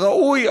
הראוי,